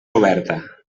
oberta